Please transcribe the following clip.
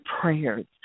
prayers